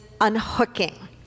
unhooking